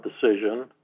decision